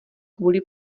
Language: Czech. kvůli